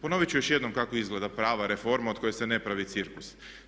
Ponovit ću još jednom kako izgleda prava reforma od koje se ne pravi cirkus.